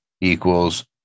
equals